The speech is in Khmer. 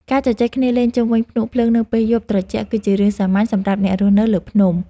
ការជជែកគ្នាលេងជុំវិញភ្នក់ភ្លើងនៅពេលយប់ត្រជាក់ គឺជារឿងសាមញ្ញសម្រាប់អ្នករស់នៅលើភ្នំ។